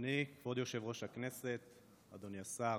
אדוני כבוד יושב-ראש הכנסת, אדוני השר,